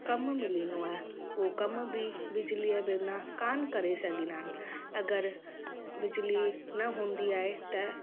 कमु मिलंदो आहे उहो कमु बि बिजलीअ बिना कान करे सघंदा आहिनि अगरि बिजली न हूंदी आहे त